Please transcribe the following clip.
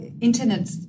internet